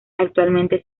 actualmente